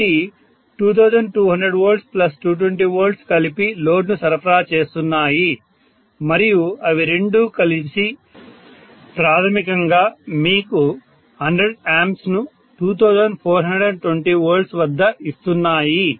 కాబట్టి 2200V220V కలిసి లోడ్ను సరఫరా చేస్తున్నాయి మరియు అవి రెండూ కలిసి ప్రాథమికంగా మీకు 100A ను 2420V వద్ద ఇస్తున్నాయి